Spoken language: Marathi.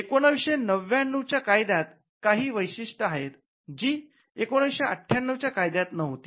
१९९९ च्या कायद्यात काही वैशिष्ट्ये आहेत जी १९५८ च्या कायद्यात नव्हती